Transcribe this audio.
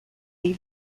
lee